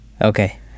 Okay